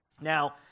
Now